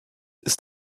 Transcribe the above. ist